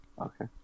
Okay